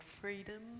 Freedom